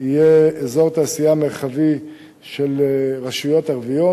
יהיה אזור תעשייה מרחבי של רשויות ערביות